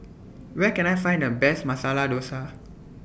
Where Can I Find The Best Masala Dosa